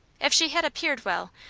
if she had appeared well,